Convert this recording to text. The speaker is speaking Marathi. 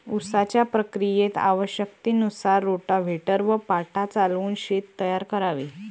उसाच्या प्रक्रियेत आवश्यकतेनुसार रोटाव्हेटर व पाटा चालवून शेत तयार करावे